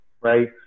right